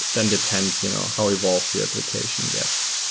then depends you know how evolved your application gets.